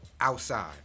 outside